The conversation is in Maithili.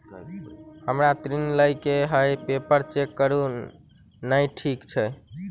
हमरा ऋण लई केँ हय पेपर चेक करू नै ठीक छई?